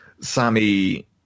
Sammy